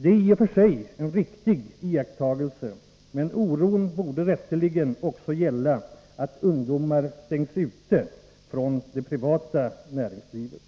Det är i och för sig en riktig iakttagelse, men oron borde rätteligen också SAR att ungdomar stängs ute från det privata näringslivet.